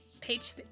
Page